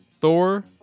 Thor